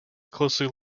closely